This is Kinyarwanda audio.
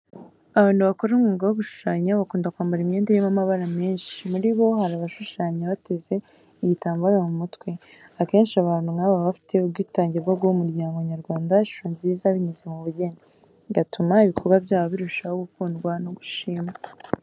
Abantu bakora umwuga wo gushushanya bakunda kwambara imyenda irimo amabara menshi, muri bo hari abashushanya bateze igitambaro mu mutwe. Akenshi abantu nk'aba baba bafite ubwitange bwo guha umuryango nyarwanda ishusho nziza binyuze mu bugeni, bigatuma ibikorwa byabo birushaho gukundwa no gushimwa.